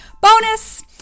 bonus